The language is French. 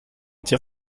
tir